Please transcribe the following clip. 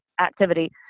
activity